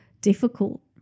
difficult